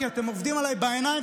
כי אתם עובדים עליי בעיניים,